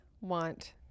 want